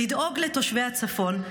לדאוג לתושבי הצפון.